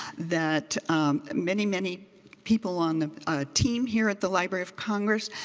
that many, many people on the ah team here at the library of congress.